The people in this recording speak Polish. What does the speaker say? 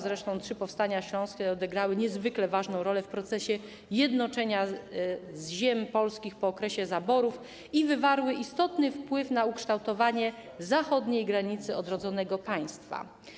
Zresztą trzy powstania śląskie odegrały niezwykle ważną rolę w procesie jednoczenia ziem polskich po okresie zaborów i wywarły istotny wpływ na ukształtowanie zachodniej granicy odrodzonego państwa.